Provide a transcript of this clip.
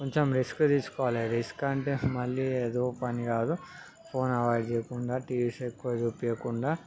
కొంచెం రిస్క్ తీసుకోవాలి రిస్క్ అంటే మళ్ళీ ఏదో ఒక పని కాదు ఫోన్ అలవాటు చేయకుండా టీవీస్ ఎక్కువ చూపించకుండా